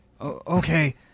Okay